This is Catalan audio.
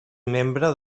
membre